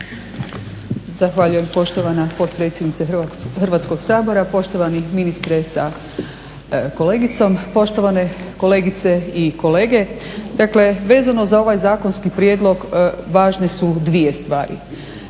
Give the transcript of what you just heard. Zahvaljujem poštovana potpredsjednice Hrvatskog sabora, poštovani ministre sa kolegicom, poštovane kolegice i kolege. Dakle, vezano za ovaj zakonski prijedlog važne su dvije stvari.